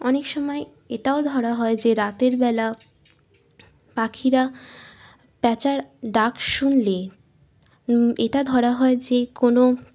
অনেক সময় এটাও ধরা হয় যে রাতেরবেলা পাখিরা প্যাঁচার ডাক শুনলে এটা ধরা হয় যে কোনো